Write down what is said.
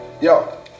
yo